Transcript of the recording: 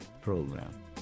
program